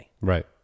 Right